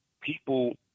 people